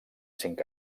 cinc